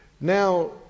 Now